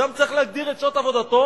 אדם צריך להגדיר את שעות עבודתו,